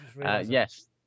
Yes